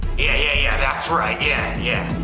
yeah yeah yeah, that's right. yeah, yeah,